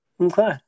Okay